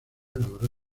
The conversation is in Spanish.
logró